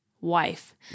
wife